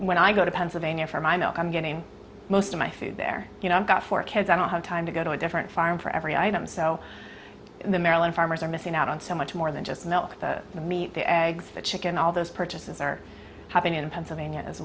when i go to pennsylvania for my mail i'm getting most of my food there you know i've got four kids i don't have time to go to a different farm for every item so the maryland farmers are missing out on so much more than just milk that the meat the eggs the chicken all those purchases are happening in pennsylvania as